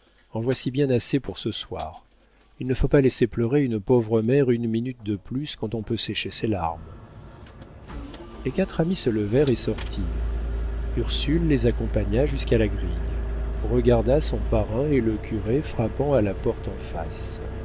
en voici bien assez pour ce soir il ne faut pas laisser pleurer une pauvre mère une minute de plus quand on peut sécher ses larmes les quatre amis se levèrent et sortirent ursule les accompagna jusqu'à la grille regarda son parrain et le curé frappant à la porte en face